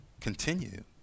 continue